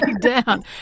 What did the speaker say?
down